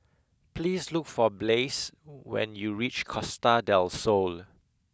please look for Blaise when you reach Costa del Sol